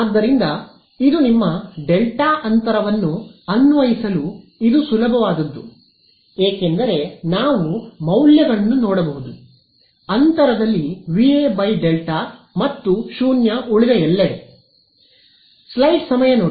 ಆದ್ದರಿಂದ ಇದು ನಿಮ್ಮ ಡೆಲ್ಟಾ ಅಂತರವನ್ನು ಅನ್ವಯಿಸಲು ಇದು ಸುಲಭವಾದದ್ದು ಏಕೆಂದರೆ ನಾವು ಮೌಲ್ಯಗಳನ್ನು ನೋಡಬಹುದು ಅಂತರದಲ್ಲಿ ವಿಎ ಡೆಲ್ಟಾ ಮತ್ತು 0 ಉಳಿದ ಎಲ್ಲೆಡೆ